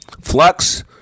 Flux